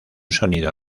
sonido